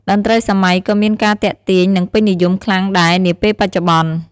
តន្រ្តីសម័យក៏មានការទាក់ទាញនិងពេញនិយមខ្លាំងដែរនាពេលបច្ចុប្បន្ន។